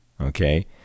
Okay